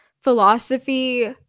philosophy